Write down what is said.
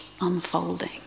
unfolding